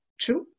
true